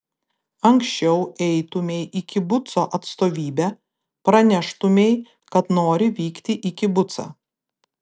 anksčiau eitumei į kibuco atstovybę praneštumei kad nori vykti į kibucą